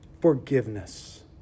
forgiveness